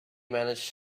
manage